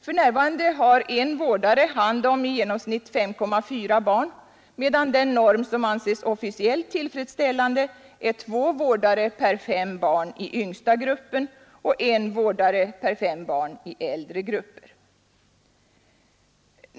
För närvarande har en vårdare hand om i genomsnitt 5,4 barn, medan den norm som officiellt anses tillfredsställande är två vårdare per 5 barn i yngsta gruppen och en vårdare per 5 barn i äldre grupper.